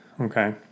Okay